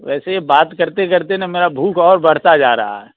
वैसे बात करते करते ना मेरा भूख और बढ़ता जा रहा है